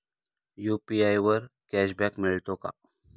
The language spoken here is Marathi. यु.पी.आय वर कॅशबॅक मिळतो का?